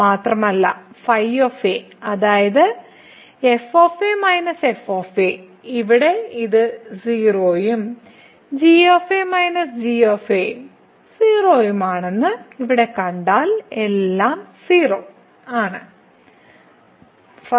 മാത്രമല്ല അതായത് f f ഇവിടെ ഇത് 0 ഉം g g ഉം 0 ആണെന്ന് ഇവിടെ കണ്ടാൽ എല്ലാം 0